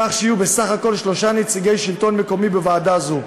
כך שיהיו בסך הכול שלושה נציגי שלטון מקומי בוועדה זו.